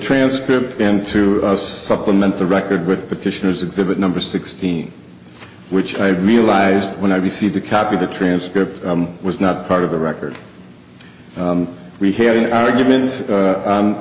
transcript and to supplement the record with petitioners exhibit number sixteen which i realized when i received a copy the transcript was not part of the record we had any argument